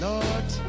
Lord